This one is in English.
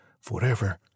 forever